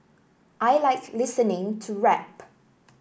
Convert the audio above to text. I like listening to rap